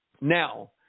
Now